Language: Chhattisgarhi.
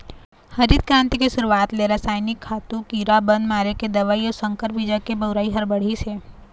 हरित करांति के सुरूवात ले रसइनिक खातू, कीरा बन मारे के दवई अउ संकर बीज के बउरई ह बाढ़िस हे